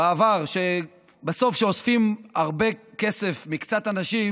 בעבר, בסוף, כשאוספים הרבה כסף מקצת אנשים